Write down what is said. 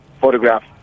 photograph